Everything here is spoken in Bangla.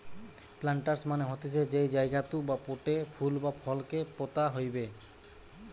প্লান্টার্স মানে হতিছে যেই জায়গাতু বা পোটে ফুল বা ফল কে পোতা হইবে